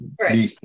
Right